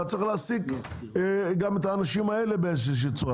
אתה צריך להעסיק גם את האנשים האלה באיזושהי צורה.